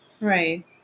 Right